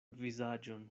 vizaĝon